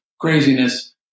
craziness